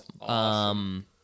awesome